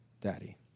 daddy